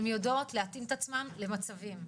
הן יודעות להתאים את עצמן למצבים.